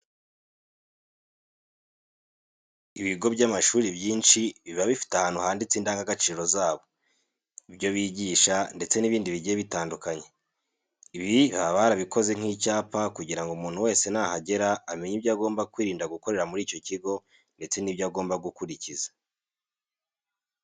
Ibigo by'amashuri byinshi biba bifite ahantu handitse indangagaciro zabo, ibyo bigisha ndetse n'ibindi bigiye bitandukanye. Ibi baba barabikoze nk'icyapa kugira ngo umuntu wese nahagera amenye ibyo agomba kwirinda gukorera muri icyo kigo ndetse n'ibyo agomba gukurikiza.